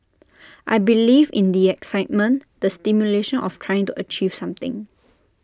I believe in the excitement the stimulation of trying to achieve something